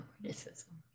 criticism